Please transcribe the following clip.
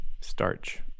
starch